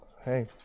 Hey